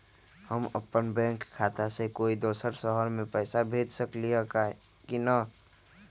हम अपन बैंक खाता से कोई दोसर शहर में पैसा भेज सकली ह की न?